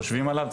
חושבים עליו,